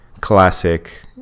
classic